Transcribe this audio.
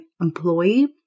employee